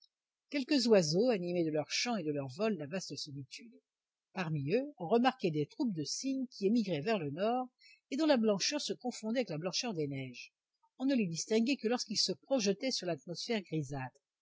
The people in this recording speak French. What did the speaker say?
quelques oiseaux animaient de leur chant et de leur vol la vaste solitude parmi eux on remarquait des troupes de cygnes qui émigraient vers le nord et dont la blancheur se confondait avec la blancheur des neiges on ne les distinguait que lorsqu'ils se projetaient sur l'atmosphère